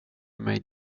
mig